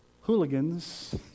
hooligans